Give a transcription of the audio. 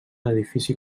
edifici